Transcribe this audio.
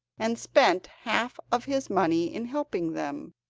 and spent half of his money in helping them,